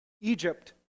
Egypt